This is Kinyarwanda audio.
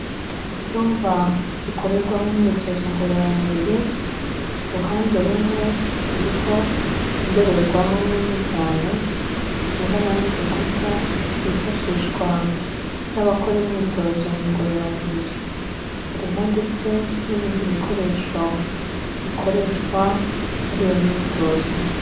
Icyumba gikorerwamo imyitozo ngororamubiri, uruhande rumwe ruriho indorerwamo nini cyane ingana n'igikuta yifashishwa n'abakora imyitozo ngororamubiri, harimo ndetse n'ibindi bikoresho bikoreshwa muri iyo myitozo.